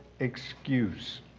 excuse